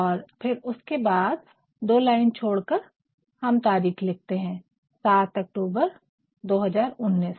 और फिर उसके बाद दो लाइन छोड़कर हम तारिख लिखते है 7 अक्टूबर 2019